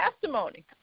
testimony